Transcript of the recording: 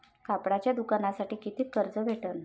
कापडाच्या दुकानासाठी कितीक कर्ज भेटन?